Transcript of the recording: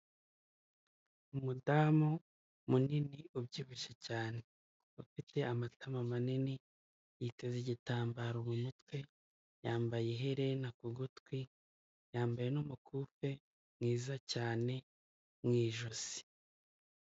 Ukoresheje ikorana buhanga byagutabara nyamara igihe utashye wibereye mu rugo ukabona nk’ agapantaro ukabura uko ukagura wenda kujya k’isoko ushobora kukwereka umuntu agahita akubwira kagurira aha n'aha ugahita ukakishyura agahita kakuzanira rwose.